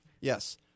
Yes